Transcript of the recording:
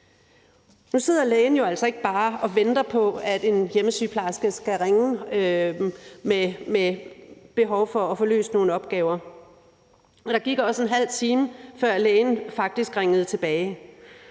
Nu sidder lægen jo altså ikke bare og venter på, at en hjemmesygeplejerske skal ringe med et behov for at få løst nogle opgaver, og der gik også en halv time, før lægen faktisk ringede tilbage,